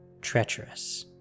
Treacherous